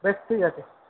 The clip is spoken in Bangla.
বেশ ঠিক আছে